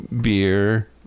Beer